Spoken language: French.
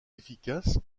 efficace